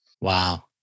Wow